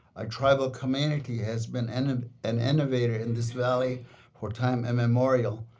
our tribal community has been and and and innovator in this valley for time and memorial.